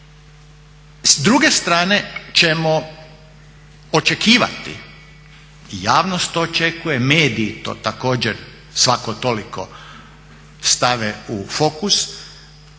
s druge strane ćemo očekivati i javnost to očekuje, mediji to također svako toliko stave u fokus,